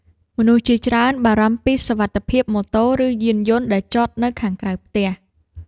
មនុស្សជាច្រើនបារម្ភពីសុវត្ថិភាពម៉ូតូ ឬយានយន្តដែលចតនៅខាងក្រៅផ្ទះ។